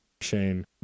Shane